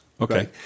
Okay